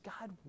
God